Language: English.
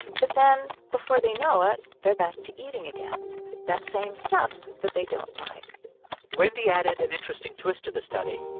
but then, before they know it, they're back to eating again that same stuff that they don't like wendy added an interesting twist to the study.